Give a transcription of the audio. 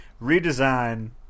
redesign